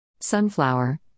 Sunflower